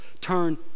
Turn